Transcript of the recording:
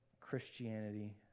Christianity